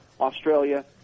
Australia